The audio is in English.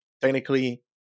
technically